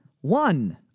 one